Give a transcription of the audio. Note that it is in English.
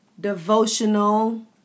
devotional